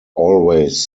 always